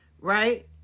right